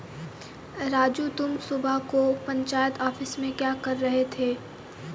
राजू तुम सुबह को पंचायत ऑफिस में क्या कर रहे थे?